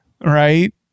right